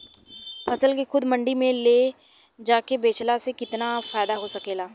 फसल के खुद मंडी में ले जाके बेचला से कितना फायदा हो सकेला?